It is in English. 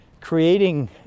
creating